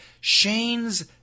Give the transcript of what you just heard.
Shane's